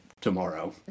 tomorrow